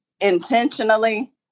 intentionally